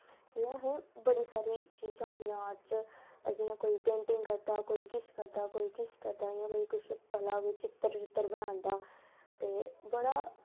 जियां असें बड़ी सारी चीज़ां होदियां आर्ट च जियां कोई पेंटिंग करदा कोई किश करदा कोई किश करदा इयां कोई कुछ कला बिच्च चित्तर बनांदा ते बड़ा